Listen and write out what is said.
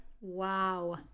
Wow